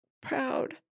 proud